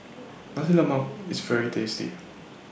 Nasi Lemak IS very tasty